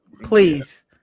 Please